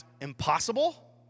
Impossible